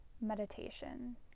meditation